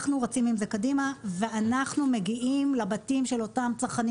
אנחנו רצים עם זה קדימה ואנחנו מגיעים לבתים של אותם צרכנים